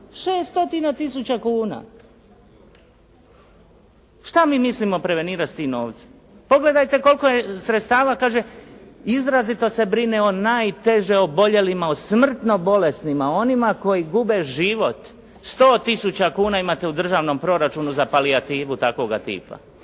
600 tisuća kuna. Što mi milimo prevenirati s tim novcem? Pogledajte koliko je sredstava kaže izrazito se brine o najteže oboljelima, o smrtnim bolestima, o onima koji gube život. 100 tisuća kuna imate u državnom proračunu za palijativu takvoga tipa.